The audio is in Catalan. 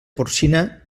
porcina